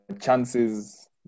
chances